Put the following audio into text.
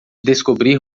descobrir